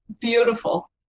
beautiful